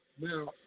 Now